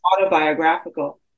autobiographical